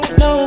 no